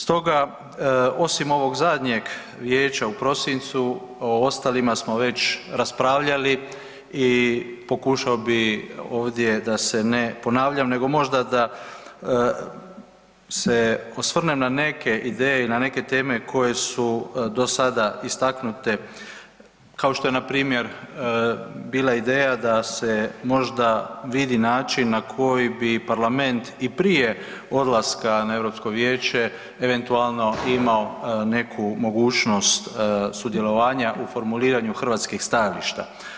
Stoga osim ovog zadnjeg vijeća u prosincu o ostalima smo već raspravljali i pokušao bih ovdje da se ne ponavljam, nego možda da se osvrnem na neke ideje i na neke ideje koje su do sada istaknute kao što je na primjer bila ideja da se možda vidi način na koji bi Parlament i prije odlaska na Europsko vijeće eventualno imao neku mogućnost sudjelovanja u formuliranju hrvatskih stajališta.